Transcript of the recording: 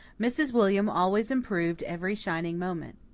mrs. william always improved every shining moment.